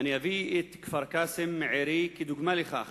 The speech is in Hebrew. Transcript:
אביא את כפר-קאסם עירי כדוגמה לכך.